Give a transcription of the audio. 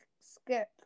skip